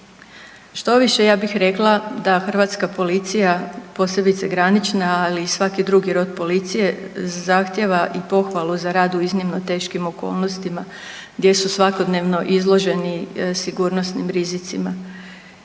Štoviše ja bih rekla da Hrvatska policija posebice granična, ali i svaki drugi rod policije zahtijeva i pohvalu za rad u iznimno teškim okolnostima gdje su svakodnevno izloženi sigurnosnim rizicima.